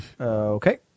Okay